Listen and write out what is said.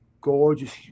gorgeous